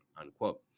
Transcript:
unquote